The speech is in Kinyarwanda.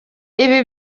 ibi